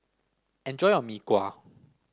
enjoy your Mee Kuah